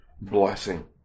blessing